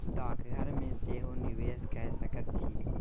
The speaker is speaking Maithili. डाकघर मे सेहो निवेश कए सकैत छी